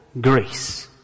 grace